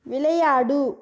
விளையாடு